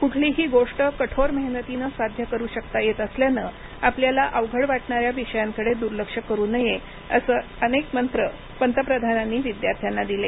कुठलीही गोष्ट कठोर मेहनतीनं साध्य करू शकता येत असल्यानं आपल्याला अवघड वाटणाऱ्या विषयांकडे दूर्लक्ष करू नये असे अनेक मंत्र पंतप्रधानांनी विद्यार्थ्यांना दिले